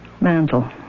Mantle